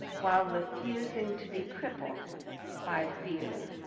while refusing to be crippled by fear.